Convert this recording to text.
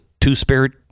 two-spirit